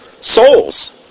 souls